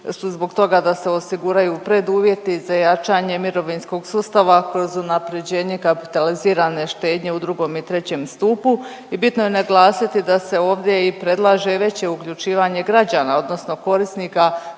su zbog toga da se osiguraju preduvjeti za jačanje mirovinskog sustava kroz unapređenje kapitalizirane štednje u 2. i 3. stupu i bitno je naglasiti da se ovdje i predlaže veće uključivanje građana odnosno korisnika